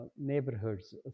neighborhoods